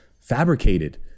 fabricated